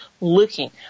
looking